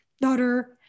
daughter